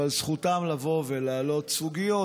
אבל זכותם לבוא ולהעלות סוגיות,